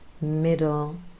middle